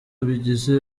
bigize